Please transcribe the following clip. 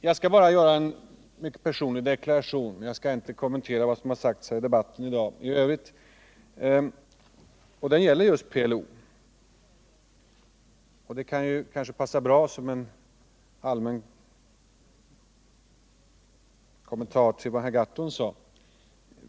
Jag skall utan att kommentera debatten här i dag i övrigt bara göra en personlig deklaration, som gäller just PLO. Det kan passa bra som en allmän kommentar till vad herr Gahrton sade.